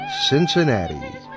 Cincinnati